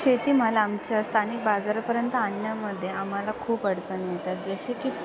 शेतीमाल आमच्या स्थानिक बाजारापर्यंत आणण्यामध्ये आम्हाला खूप अडचणी येतात जसे की